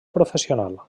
professional